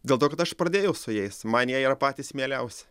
dėl to kad aš pradėjau su jais man jie yra patys mieliausi